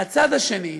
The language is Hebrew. מהצד השני,